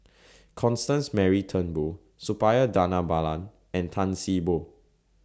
Constance Mary Turnbull Suppiah Dhanabalan and Tan See Boo